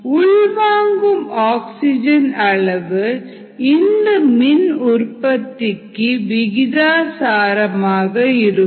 உள்வாங்கும் oxygen அளவு இந்த மின் உற்பத்திக்கு விகிதாசாரம் ஆக இருக்கும்